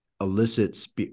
elicits